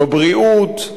בבריאות,